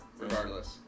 regardless